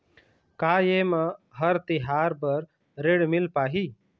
का ये म हर तिहार बर ऋण मिल पाही?